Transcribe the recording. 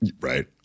right